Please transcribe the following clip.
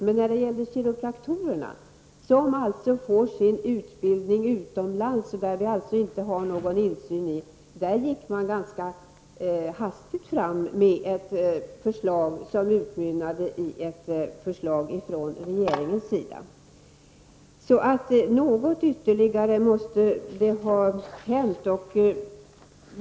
Men när det gäller kiropraktorerna, som får sin utbildning utomlands där vi inte har någon insyn alls, gick man ganska hastigt fram med ett förslag som utmynnade i en åtgärd från regeringens sida. Så något ytterligare måste ha hänt.